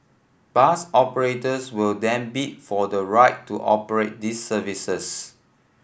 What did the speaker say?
bus operators will then bid for the right to operate these services